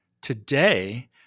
Today